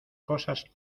cosas